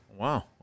Wow